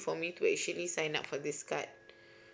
for me to actually sign up for this card